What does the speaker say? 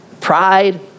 pride